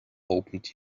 opened